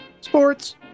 Sports